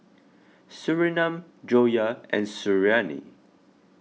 Surinam Joyah and Suriani